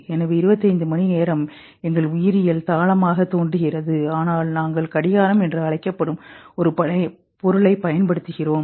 எனவே 25 மணிநேரம் எங்கள் உயிரியல் தாளமாகத் தோன்றுகிறது ஆனால் நாங்கள் கடிகாரம் என்று அழைக்கப்படும் ஒரு பொருளை பயன்படுத்துகிறோம்